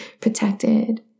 protected